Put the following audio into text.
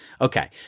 Okay